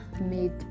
made